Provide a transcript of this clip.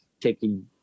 taking